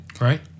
Right